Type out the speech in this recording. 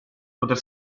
poter